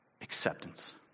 acceptance